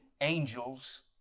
angels